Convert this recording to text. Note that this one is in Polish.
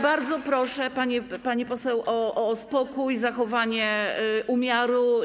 Bardzo proszę, pani poseł, o spokój, o zachowanie umiaru.